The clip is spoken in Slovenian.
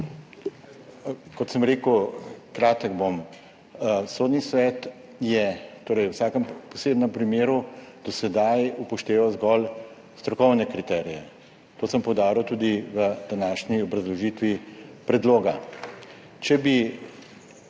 Kot sem rekel, kratek bom. Sodni svet je v vsakem posebnem primeru do sedaj upošteval zgolj strokovne kriterije. To sem poudaril tudi v današnji obrazložitvi predloga. Če bi